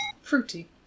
Fruity